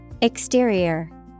Exterior